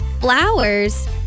flowers